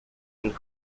and